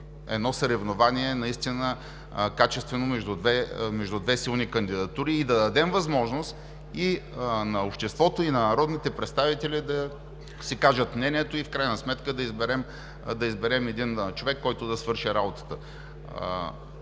едно съревнование, наистина качествено, между две силни кандидатури и да дадем възможност и на обществото, и на народните представители да си кажат мнението и в крайна сметка да изберем един човек, който да свърши работата.